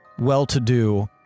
well-to-do